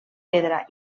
pedra